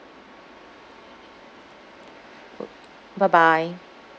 oo bye bye